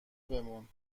بمون